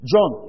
John